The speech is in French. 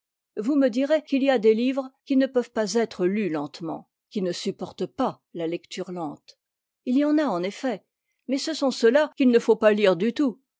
vous me direz qu'il y a des livres qui ne peuvent pas être lus lentement qui ne supportent pas la lecture lente il y en a en effet mais ce sont ceux-là qu'il ne faut pas lire du tout